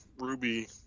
Ruby